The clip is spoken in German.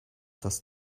das